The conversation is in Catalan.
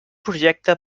projecte